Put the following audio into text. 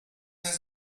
his